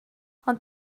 ond